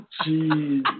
Jeez